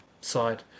side